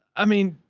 i mean,